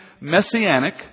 messianic